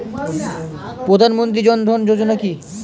প্রধান মন্ত্রী জন ধন যোজনা কি?